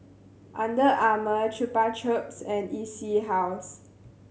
Under Armour Chupa Chups and E C House